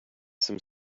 some